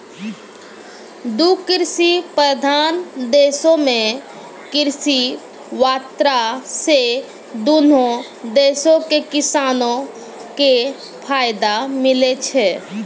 दु कृषि प्रधान देशो मे कृषि वार्ता से दुनू देशो के किसानो के फायदा मिलै छै